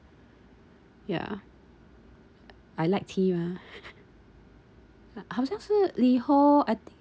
ya I like tea mah uh 好像是 Liho I think